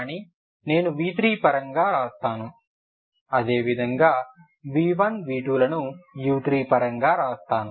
కానీ నేను v3 పరంగా వ్రాస్తాను అదే విధంగా v1 v2 లను u3పరంగా వ్రాస్తాను